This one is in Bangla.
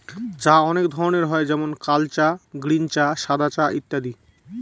চা অনেক ধরনের হয় যেমন কাল চা, গ্রীন চা, সাদা চা ইত্যাদি